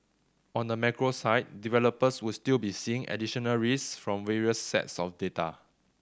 on the macro side developers would still be seeing additional risks from various sets of data